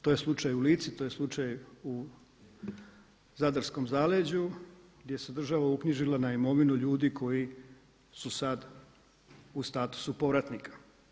To je slučaj u Lici, to je slučaj u zadarskom zaleđu gdje se država uknjižila na imovinu ljudi koji su sada u statusu povratnika.